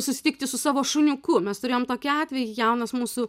susitikti su savo šuniuku mes turėjom tokį atvejį jaunas mūsų